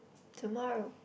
tomorrow